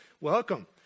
Welcome